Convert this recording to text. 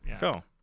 Go